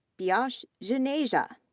piyush juneja,